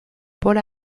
por